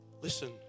Listen